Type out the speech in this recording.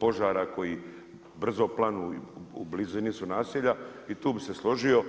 požara koji brzo planu, u blizini su naselja i tu bih se složio.